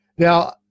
Now